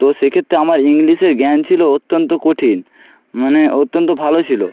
তো সে ক্ষেত্রে আমার ইংলিশে জ্ঞান ছিলো অত্যন্ত কঠিন মানে অত্যন্ত ভালো ছিলো